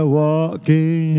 walking